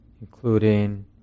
including